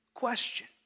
Question